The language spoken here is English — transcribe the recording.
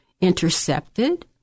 intercepted